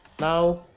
Now